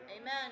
Amen